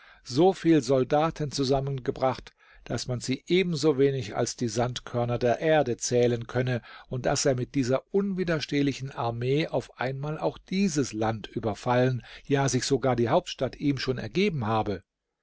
so viel soldaten zusammengebracht daß man sie ebensowenig als die sandkörner der erde zählen könne und daß er mit dieser unwiderstehlichen armee auf einmal auch dieses land überfallen ja sich sogar die hauptstadt ihm schon ergeben habe